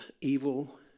evil